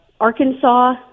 Arkansas